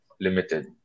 limited